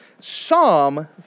Psalm